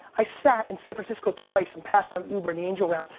i sat in san francisco twice and passed on uber in the angel round,